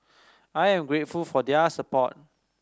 I am grateful for their support